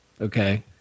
Okay